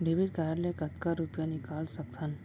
Debit card ले कतका रुपिया निकाल सकथन?